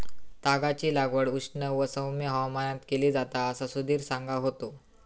तागाची लागवड उष्ण व सौम्य हवामानात केली जाता असा सुधीर सांगा होतो